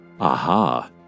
Aha